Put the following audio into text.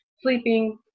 sleeping